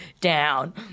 down